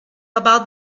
about